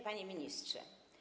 Panie Ministrze!